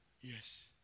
Yes